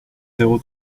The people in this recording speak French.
zéro